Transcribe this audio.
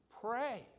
pray